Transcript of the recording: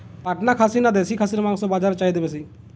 পাটনা খাসি না দেশী খাসির মাংস বাজারে চাহিদা বেশি?